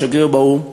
השגריר באו"ם,